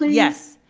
yes.